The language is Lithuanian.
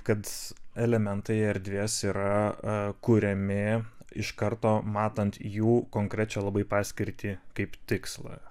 kad elementai erdvės yra kuriami iš karto matant jų konkrečią labai paskirtį kaip tikslą